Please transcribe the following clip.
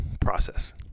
process